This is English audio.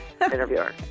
interviewer